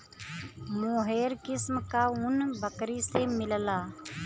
मोहेर किस्म क ऊन बकरी से मिलला